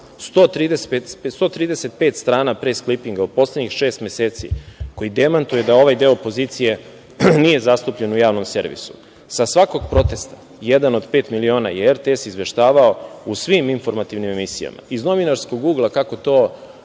135 strana pres-klipinga u poslednjih šest meseci, koji demantuje da ovaj deo opozicije nije zastupljen u Javnom servisu. Sa svakog protesta "Jedan od pet miliona" je RTS izveštavao u svim informativnim emisijama. Iz novinarskog ugla, kako to